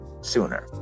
sooner